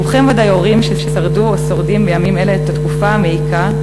רובכם בוודאי הורים ששרדו או שורדים בימים אלה את התקופה המעיקה,